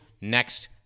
next